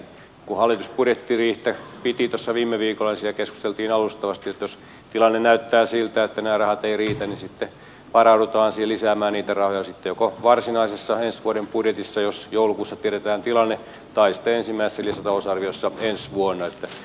kun hallitus budjettiriihtä piti viime viikolla siellä keskusteltiin alustavasti että jos tilanne näyttää siltä että nämä rahat eivät riitä niin sitten varaudutaan siihen lisäämään rahoja joko varsinaisessa ensi vuoden budjetissa jos joulukuussa tiedetään tilanne tai sitten ensimmäisessä lisätalousarviossa ensi vuonna